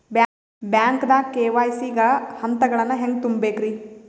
ಬ್ಯಾಂಕ್ದಾಗ ಕೆ.ವೈ.ಸಿ ಗ ಹಂತಗಳನ್ನ ಹೆಂಗ್ ತುಂಬೇಕ್ರಿ?